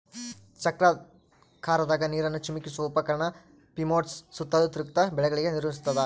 ಚಕ್ರಾಕಾರದಾಗ ನೀರನ್ನು ಚಿಮುಕಿಸುವ ಉಪಕರಣ ಪಿವೋಟ್ಸು ಸುತ್ತಲೂ ತಿರುಗ್ತ ಬೆಳೆಗಳಿಗೆ ನೀರುಣಸ್ತಾದ